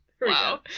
Wow